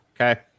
Okay